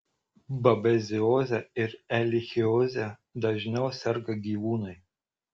babezioze ir erlichioze dažniau serga gyvūnai